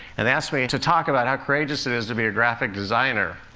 and they asked me to talk about how courageous it is to be a graphic designer.